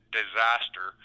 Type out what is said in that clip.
disaster